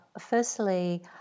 Firstly